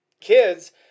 kids